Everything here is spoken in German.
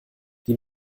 die